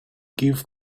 give